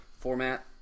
format